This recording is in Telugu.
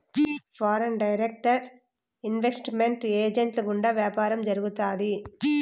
ఫారిన్ డైరెక్ట్ ఇన్వెస్ట్ మెంట్ ఏజెంట్ల గుండా వ్యాపారం జరుగుతాది